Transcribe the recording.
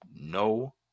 no